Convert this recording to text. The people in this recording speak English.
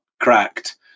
cracked